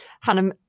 Hannah